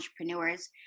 entrepreneurs